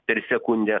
per sekundę